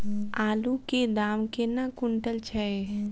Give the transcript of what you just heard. आलु केँ दाम केना कुनटल छैय?